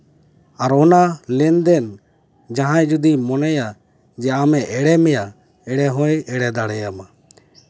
ᱟᱨ ᱚᱱᱟ ᱞᱮᱱᱫᱮᱱ ᱡᱟᱦᱟᱸᱭ ᱡᱩᱫᱤ ᱢᱚᱱᱮᱭᱟ ᱡᱮ ᱟᱢᱮ ᱮᱲᱮ ᱢᱮᱭᱟ ᱮᱲᱮ ᱦᱚᱸᱭ ᱮᱲᱮ ᱫᱟᱲᱮ ᱟᱢᱟ